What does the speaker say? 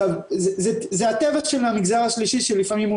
זה הטבע של המגזר השלישי שלפעמים הוא